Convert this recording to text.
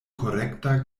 korekta